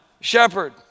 shepherd